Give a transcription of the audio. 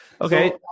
Okay